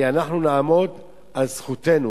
כי אנחנו נעמוד על זכותנו,